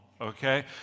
Okay